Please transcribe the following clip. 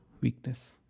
weakness